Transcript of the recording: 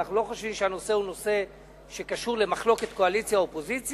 אנחנו לא חושבים שהנושא קשור למחלוקת קואליציה-אופוזיציה.